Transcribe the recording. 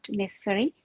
necessary